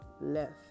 left